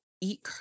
eat